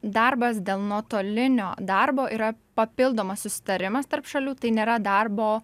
darbas dėl nuotolinio darbo yra papildomas susitarimas tarp šalių tai nėra darbo